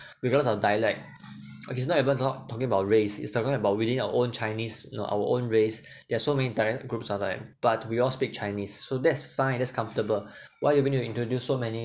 because of dialect it's not even not talk talking about race is talking about within our own chinese you know our own race there are so many dialect groups are like but we all speak chinese so that's fine that's comfortable why you want even to introduce so many